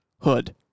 hood